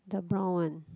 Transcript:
the brown one